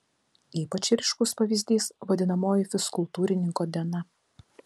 ypač ryškus pavyzdys vadinamoji fizkultūrininko diena